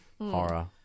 horror